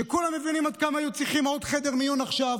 שכולם מבינים עד כמה היו צריכים עוד חדר מיון עכשיו,